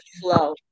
flow